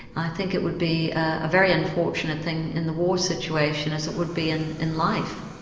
i think it would be a very unfortunate thing in the war situation as it would be in in life.